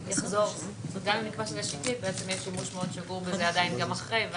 יהיה שימוש מאוד שגור בזה עדיין גם אחרי.